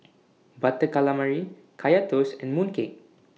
Butter Calamari Kaya Toast and Mooncake